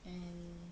and